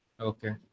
okay